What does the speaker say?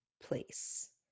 place